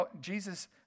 Jesus